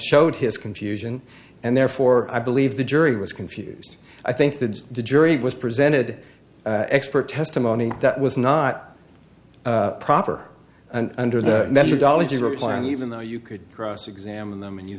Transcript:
showed his confusion and therefore i believe the jury was confused i think the jury was presented expert testimony that was not proper and under the methodology replan even though you could cross examine them and you